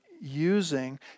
using